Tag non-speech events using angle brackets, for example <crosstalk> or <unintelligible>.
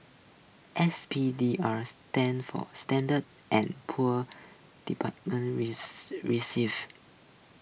S P D R stands for standard and Poor's department <unintelligible> receive